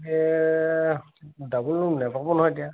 এ double room নেপাব নহয় এতিয়া